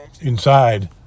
Inside